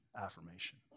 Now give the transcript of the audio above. Affirmation